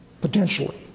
potentially